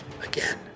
again